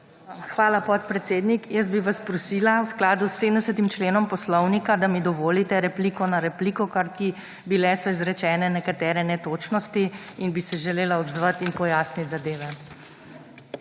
Hvala, podpredsednik. Jaz bi vas prosila v skladu s 70. členom Poslovnika, da mi dovolite repliko na repliko, kajti izrečene so bile nekatere netočnosti in bi se želela odzvati in pojasniti zadeve.